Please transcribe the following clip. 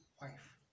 wife